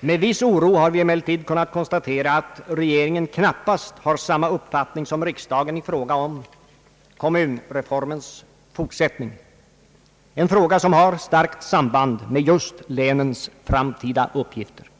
Med viss oro har vi emellertid kunnat konstatera att regeringen knappast har samma uppfattning som riksdagen i fråga om kommunreformens fortsättning — en fråga som har starkt samband med just länens framtida uppgifter.